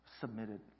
submitted